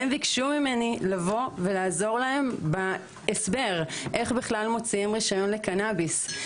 והם ביקשו ממני לבוא ולעזור להם בהסבר איך בכלל מוציאים רישיון לקנביס.